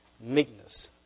Meekness